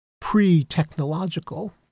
pre-technological